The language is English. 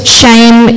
shame